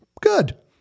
Good